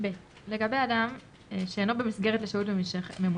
"(ב) לגבי אדם שאינו במסגרת לשהות ממושכת,